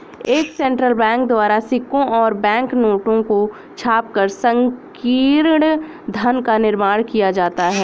एक central bank द्वारा सिक्कों और बैंक नोटों को छापकर संकीर्ण धन का निर्माण किया जाता है